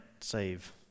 save